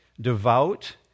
devout